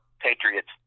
patriots